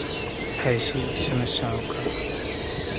ऐसी समस्याओं का